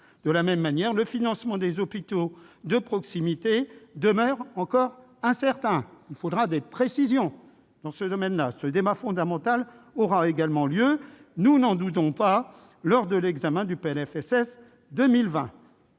De la même manière, le financement des hôpitaux de proximité demeure encore incertain et il faudra apporter des précisions dans ce domaine. Ce débat fondamental aura également lieu, nous n'en doutons pas, lors de l'examen du projet